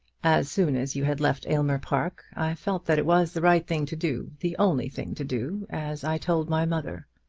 as soon as you had left aylmer park i felt that it was the right thing to do the only thing to do as i told my mother.